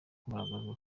kugaragazwa